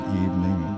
evening